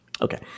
Okay